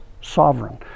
sovereign